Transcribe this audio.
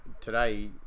today